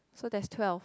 so that's twelve